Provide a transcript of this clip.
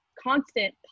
constant